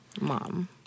Mom